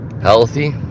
healthy